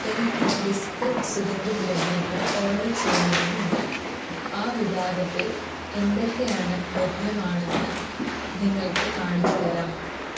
എനിക്ക് ബിസ്ക്കറ്റ് സുഗന്ധദ്രവ്യങ്ങൾ ഓഡർ ചെയ്യണമെന്നുണ്ട് ആ വിഭാഗത്തിൽ എന്തൊക്കെയാണ് ലഭ്യമാണെന്ന് നിങ്ങൾക്ക് കാണിച്ചു തരാമോ